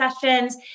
sessions